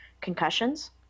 concussions